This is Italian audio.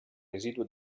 residuo